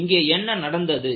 ஆனால் இங்கே என்ன நடந்தது